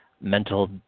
mental